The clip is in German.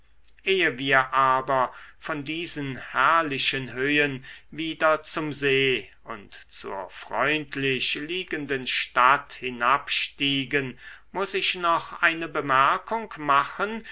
ehe wir aber von diesen herrlichen höhen wieder zum see und zur freundlich liegenden stadt hinabsteigen muß ich noch eine bemerkung machen